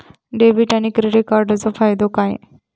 Debit आणि credit कार्डचो फायदो काय?